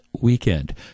weekend